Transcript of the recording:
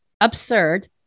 absurd